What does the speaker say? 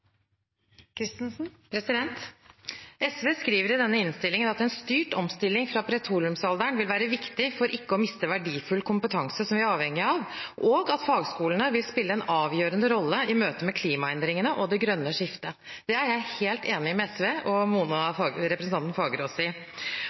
SV skriver i denne innstillingen at en styrt omstilling fra petroleumsalderen vil være «viktig for ikke å miste verdifull kompetanse som vi er avhengig av», og at «fagskolene vil spille en avgjørende rolle i møte med klimaendringene og det grønne skiftet». Det er jeg helt enig med SV og